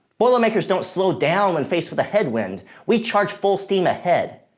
boilermakers don't slow down when faced with a headwind. we charge full steam ahead.